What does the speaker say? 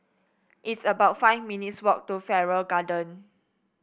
it's about five minutes' walk to Farrer Garden